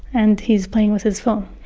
and he's playing with his phone.